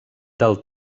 del